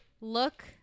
look